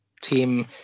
team